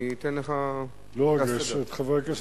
אני אתן לך לפי הסדר.